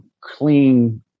clean